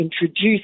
introduce